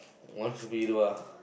once ah